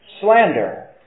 slander